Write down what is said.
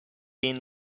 been